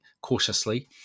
cautiously